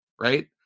Right